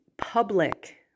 public